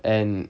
and